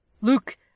Luke